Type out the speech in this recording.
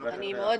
מסכימה עם חברנו,